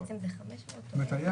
זאת אומרת,